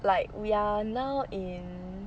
like we are now in